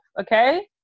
Okay